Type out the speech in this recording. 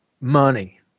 Money